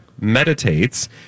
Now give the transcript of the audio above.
meditates